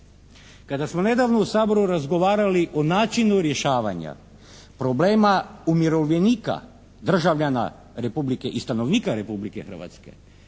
Kada smo nedavno u Saboru razgovarali o načinu rješavanja problema umirovljenika državljana republike i stanovnika Republike Hrvatske